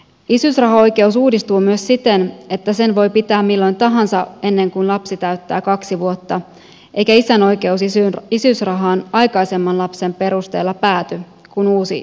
isyysrahaoikeus uudistuu myös siten että sen voi pitää milloin tahansa ennen kuin lapsi täyttä kaksi vuotta eikä isän oikeus isyysrahaan aikaisemman lapsen perusteella pääty kun uusi isyysrahaoikeus alkaa